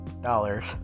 dollars